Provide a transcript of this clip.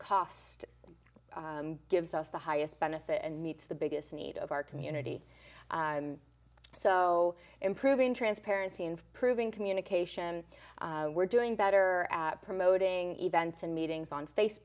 cost gives us the highest benefit and meets the biggest need of our community so improving transparency and proving communication we're doing better at promoting events and meetings on face